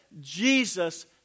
Jesus